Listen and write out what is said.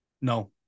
No